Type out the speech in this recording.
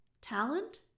Talent